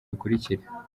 bikurikira